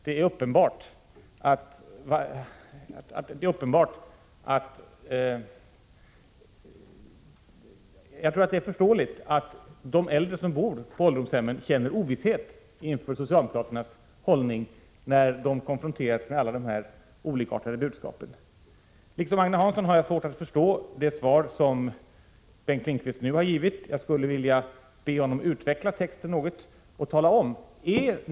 Det är förståeligt att de som bor på ålderdomshemmen känner ovisshet om socialdemokraternas hållning i den här frågan när de konfronteras med alla dessa olikartade budskap. Liksom Agne Hansson har jag svårt att förstå det svar som Bengt Lindqvist nu har givit. Jag skulle vilja be Bengt Lindqvist att utveckla texten något och tala om vilken ståndpunkt socialdemokraterna intar.